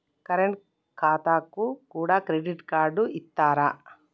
Current ఖాతాకు కూడా credit card ఇత్తరా?